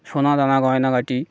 সোনাদানা গয়নাগাটি